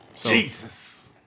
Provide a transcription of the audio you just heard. Jesus